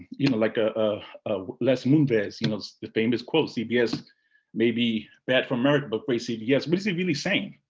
you know, like a ah ah les moonves, you know, the famous quote, cbs may be bad for america, but great for cbs, what is it really saying?